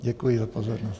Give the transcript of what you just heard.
Děkuji za pozornost.